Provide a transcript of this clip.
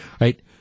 right